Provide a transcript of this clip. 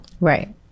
Right